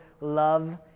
love